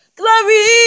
glory